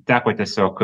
teko tiesiog